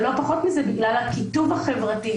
אבל לא פחות מזה בגלל הקיטוב החברתי,